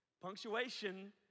Punctuation